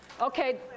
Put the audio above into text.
Okay